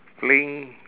playing